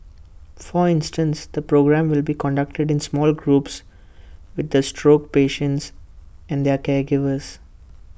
for instance the programme will be conducted in small groups with the stroke patients and their caregivers